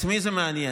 את מי זה מעניין?